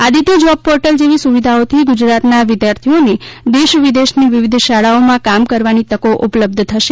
Aditya job portal જેવી સુવિધાઓથી ગુજરાતના વિદ્યાર્થીઓને દેશ વિદેશની વિવિધ શાળાઓમાં કામ કરવાની તકો ઉપલબ્ધ થશે